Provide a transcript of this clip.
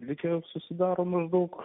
bike susidaro maždaug